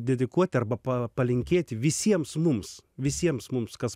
dedikuoti arba pa palinkėti visiems mums visiems mums kas